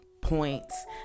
points